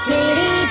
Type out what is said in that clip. City